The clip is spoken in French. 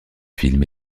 films